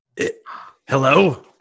Hello